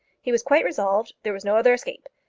he was quite resolved. there was no other escape.